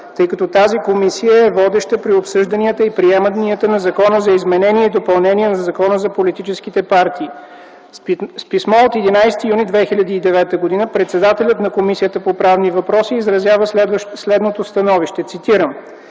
тъй като тази комисия е водеща при обсъжданията и приемането на Закона за изменение и допълнение на Закона за политическите партии. С писмо от 11 юни 2009 г. председателят на Комисията по правни въпроси изразява следното становище, цитирам: